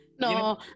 no